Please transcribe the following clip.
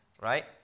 right